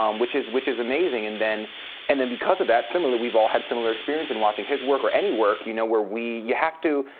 um which is which is amazing. and then and then because of that, similarly, we've all had similar experience in watching his work, or any work you know where we you have to,